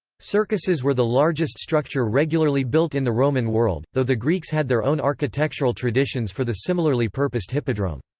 circuses were the largest structure regularly built in the roman world, though the greeks had their own architectural traditions for the similarly purposed hippodrome.